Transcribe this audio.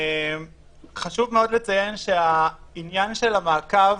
חשוב מאוד לציין שהעניין של המעקב,